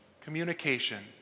communication